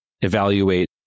evaluate